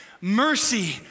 Mercy